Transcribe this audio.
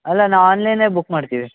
ಅಲ್ಲ ನಾ ಆನ್ಲೈನೆ ಬುಕ್ ಮಾಡ್ತೀವಿ